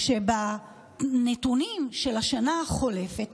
בנתונים של השנה החולפת,